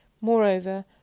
Moreover